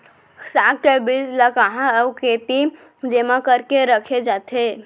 साग के बीज ला कहाँ अऊ केती जेमा करके रखे जाथे?